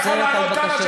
לך, תתבייש,